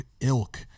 ilk